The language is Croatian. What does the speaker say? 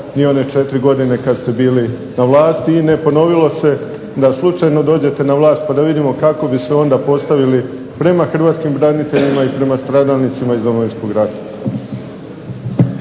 ni one četiri godine kad ste bili na vlasti i ne ponovilo se da slučajno dođete na vlast, pa da vidimo kako bi se onda postavili prema hrvatskim braniteljima i prema stradalnicima iz Domovinskog rata.